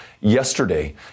yesterday